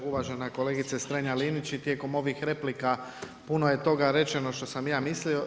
Uvažena kolegice Strenja Linić i tijekom ovih replika puno je toga rečeno što sam ja mislio.